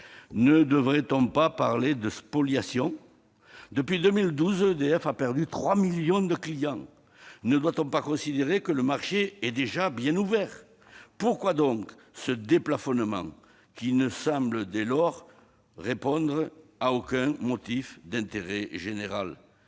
Ne devrait-on pas parler de spoliation ? Depuis 2012, EDF a perdu 3 millions de clients. Ne doit-on pas considérer que le marché est déjà bien ouvert ? Pourquoi donc ce déplafonnement qui ne semble dès lors répondre à aucun motif d'intérêt général ?